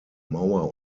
mauer